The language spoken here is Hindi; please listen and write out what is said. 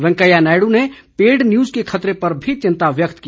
वेकैंया नायड़ ने पेड न्यूज के खतरे पर भी चिंता व्यक्त की